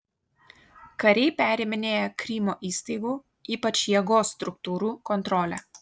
kariai periminėja krymo įstaigų ypač jėgos struktūrų kontrolę